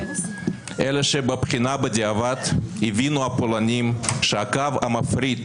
אלא שבבחינה בדיעבד הבינו הפולנים שהקו המפריד